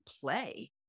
Play